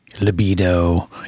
libido